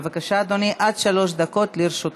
בבקשה, אדוני, עד שלוש דקות לרשותך.